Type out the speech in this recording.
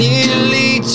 Nearly